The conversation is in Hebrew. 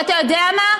ואתה יודע מה?